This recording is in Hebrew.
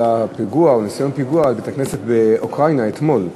לניסיון הפיגוע בבית-הכנסת באוקראינה אתמול.